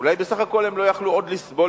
אולי בסך הכול הם לא יכלו עוד לסבול